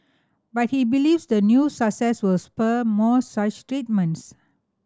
but he believes the new success will spur more such treatments